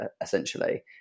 essentially